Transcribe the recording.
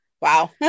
Wow